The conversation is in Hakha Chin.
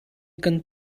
kan